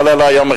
יעלה לו היום,